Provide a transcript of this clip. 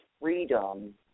freedom